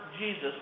Jesus